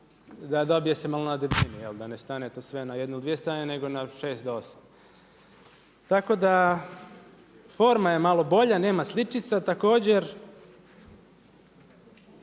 da dobije se malo na debljini, jel' da ne stane to sve na jednu, dvije strane nego na šest do osam. Tako da, forma je malo bolja, nema sličica. Također